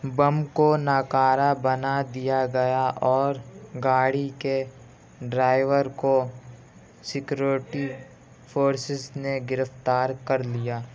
بم کو ناکارہ بنا دیا گیا اور گاڑی کے ڈرائیور کو سکیورٹی فورسز نے گرفتار کر لیا